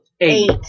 eight